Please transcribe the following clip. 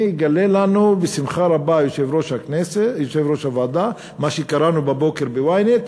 מגלה לנו בשמחה רבה יושב-ראש הוועדה מה שקראנו בבוקר ב-ynet,